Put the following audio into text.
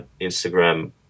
Instagram